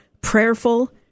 prayerful